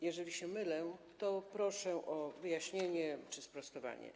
Jeżeli się mylę, to proszę o wyjaśnienie czy sprostowanie.